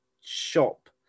shop